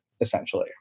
essentially